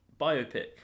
Biopic